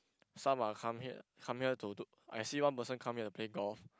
some are come here come here to do I see one person come here to play golf